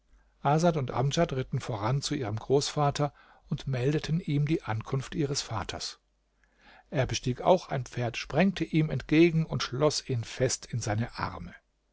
asad und amdjad ritten voran zu ihrem großvater und meldeten ihm die ankunft ihres vaters er bestieg auch ein pferd sprengte ihm entgegen und schloß ihn fest in seine arme